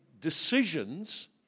decisions